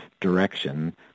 direction